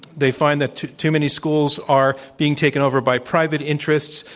they find that too too many schools are being taken over by private interests,